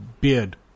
beard